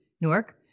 Newark